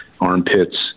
armpits